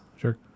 Sure